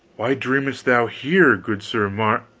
why dreamest thou here, good sir mar